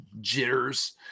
jitters